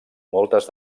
moltes